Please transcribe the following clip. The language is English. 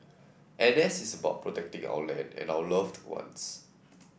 N S is about protecting our land and our loved ones